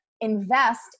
invest